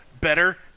Better